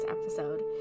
episode